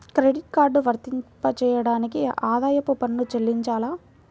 Credit card వర్తింపజేయడానికి ఆదాయపు పన్ను చెల్లించాలా?